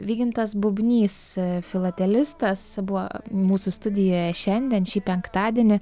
vygintas bubnys filatelistas buvo mūsų studijoje šiandien šį penktadienį